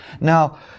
Now